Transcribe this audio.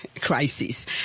crisis